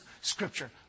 Scripture